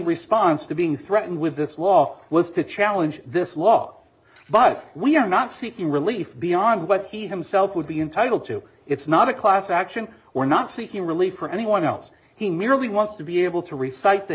response to being threatened with this law was to challenge this law but we are not seeking relief beyond what he himself would be entitled to it's not a class action we're not seeking relief or anyone else he merely wants to be able to re